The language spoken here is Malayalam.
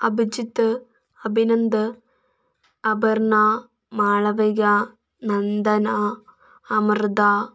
അഭിജിത്ത് അഭിനന്ദ് അപർണ്ണ മാളവിക നന്ദന അമൃത